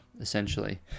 essentially